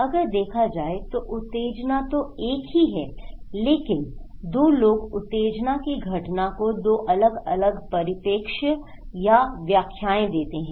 अगर देखा जाए तो उत्तेजना तो एक ही है लेकिन दो लोग उत्तेजना की घटना के दो अलग अलग परिप्रेक्ष्य या व्याख्याएं देते हैं